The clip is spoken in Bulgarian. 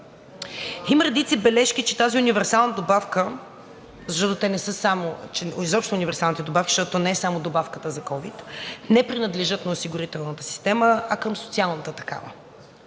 Има редица бележки, че тази универсална добавка, изобщо универсалните добавки, защото не е само добавката за ковид, не принадлежат на осигурителната система, а към социалната такава